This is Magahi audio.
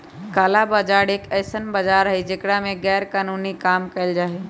काला बाजार एक ऐसन बाजार हई जेकरा में गैरकानूनी काम कइल जाहई